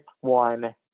one